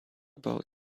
about